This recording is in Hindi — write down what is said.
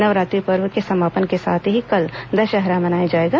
नवरात्रि पर्व के समापन के साथ ही कल दशहरा मनाया जाएगा